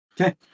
Okay